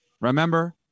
Remember